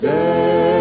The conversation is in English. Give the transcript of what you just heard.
Day